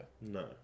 no